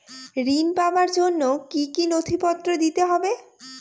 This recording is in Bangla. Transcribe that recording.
ঋণ পাবার জন্য কি কী নথিপত্র দিতে হবে?